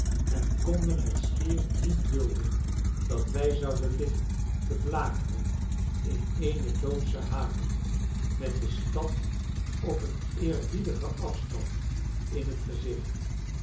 en konden het schier niet dulden dat wij zouden liggen te blakeren in eene doodsche haven met de stad op een eerbiedigen afstand in het gezicht